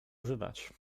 używać